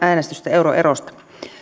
euroerosta